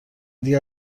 دیگه